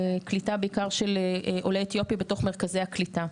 קליטה בעיקר של עולי אתיופיה בתוך מרכזי הקליטה.